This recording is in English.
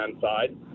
side